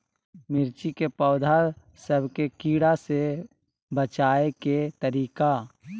मिर्ची के पौधा सब के कीड़ा से बचाय के तरीका?